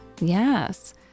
yes